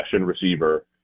receiver